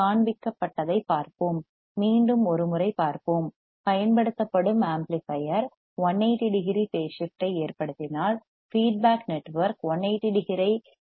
காண்பிக்கப்பட்டதைப் பார்ப்போம் மீண்டும் ஒரு முறை பார்ப்போம் பயன்படுத்தப்படும் ஆம்ப்ளிபையர் 180 டிகிரி பேஸ் ஷிப்ட் ஐ ஏற்படுத்தினால் ஃபீட்பேக் நெட்வொர்க் 180 டிகிரியை வழங்க வேண்டும்